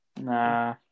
Nah